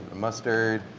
mustard.